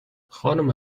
خانم